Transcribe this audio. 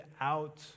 out